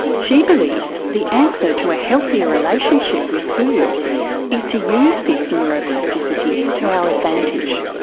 she believes the answer to a healthier relationship with food is to use this neuroplasticity to our advantage.